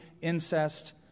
incest